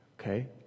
Okay